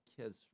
kids